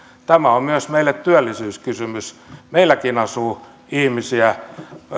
tämä on meille myös työllisyyskysymys meilläkin asuu ihmisiä